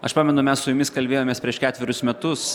aš pamenu mes su jumis kalbėjomės prieš ketverius metus